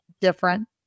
different